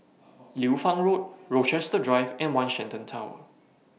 Liu Fang Road Rochester Drive and one Shenton Tower